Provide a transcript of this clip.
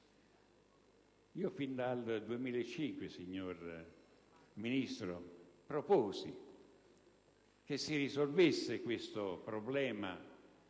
Fin dal 2005, signor Ministro, proposi che si risolvesse il problema